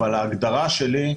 ההגדרה שלי,